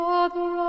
Father